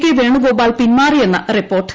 K Venugopal പിൻമാറിയെന്ന് report